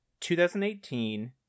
2018